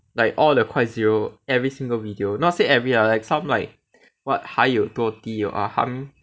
like all the Quite Zero every single video not say every ah like some like what 还有多低 ah or 还